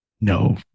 No